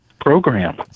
Program